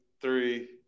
three